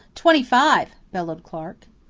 twenty-five, bellowed clarke.